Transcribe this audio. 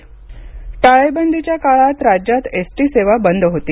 ST चकाचक टाळेबंदीच्या काळात राज्यात एसटी सेवा बंद होती